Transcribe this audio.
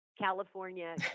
California